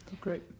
Great